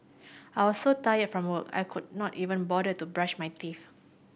I was so tired from work I could not even bother to brush my teeth